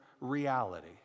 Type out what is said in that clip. reality